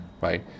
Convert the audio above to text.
right